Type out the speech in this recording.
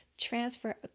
transfer